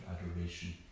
adoration